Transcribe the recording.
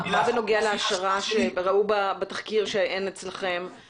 בהתחלה כל מגדל קיבל 800 שקל על כל פגר שהוא פינה,